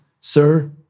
Sir